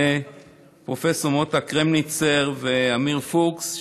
לפרופ' מוטה קרמניצר ואמיר פוקס,